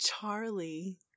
charlie